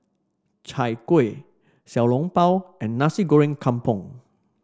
Chai Kueh Xiao Long Bao and NGasi goreng Kampung